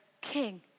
king